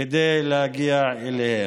כדי להגיע אליהם.